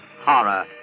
horror